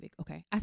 Okay